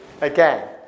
again